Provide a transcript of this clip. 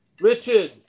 Richard